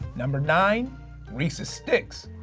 number nine reese's sticks.